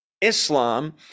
Islam